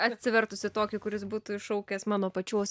atsivertusi tokį kuris būtų išaukęs mano pačios